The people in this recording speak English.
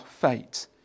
fate